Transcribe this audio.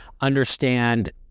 understand